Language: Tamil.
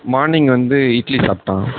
மார்னிங் வந்து இட்லி சாப்பிட்டான்